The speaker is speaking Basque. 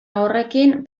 horrekin